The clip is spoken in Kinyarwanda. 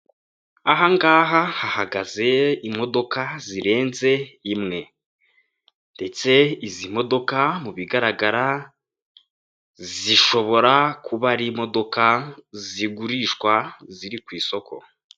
ahangaha hahagaze imodoka zirenze imwe ndetse izi modoka mu bigaragara zishobora kuba ari imodoka zigurishwa ziri ku isoko.